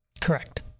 Correct